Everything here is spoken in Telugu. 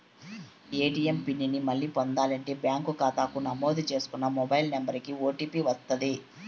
ఏ.టీ.యం పిన్ ని మళ్ళీ పొందాలంటే బ్యాంకు కాతాకి నమోదు చేసుకున్న మొబైల్ నంబరికి ఓ.టీ.పి వస్తది